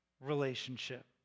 relationship